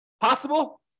Possible